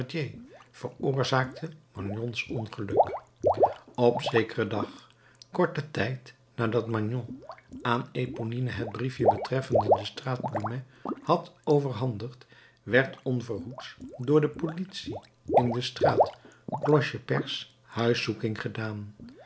thénardier veroorzaakte magnons ongeluk op zekeren dag korten tijd nadat magnon aan eponine het briefje betreffende de straat plumet had overhandigd werd onverhoeds door de politie in de straat cloche perce huiszoeking gedaan